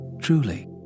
Truly